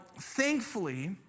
thankfully